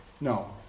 No